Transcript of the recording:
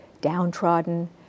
downtrodden